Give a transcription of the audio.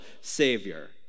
Savior